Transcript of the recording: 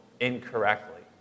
incorrectly